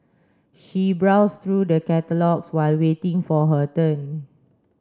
she browsed through the catalogues while waiting for her turn